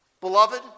Beloved